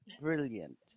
brilliant